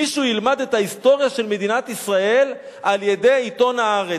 מישהו ילמד את ההיסטוריה של מדינת ישראל על-ידי עיתון "הארץ",